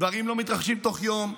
דברים לא מתרחשים תוך יום,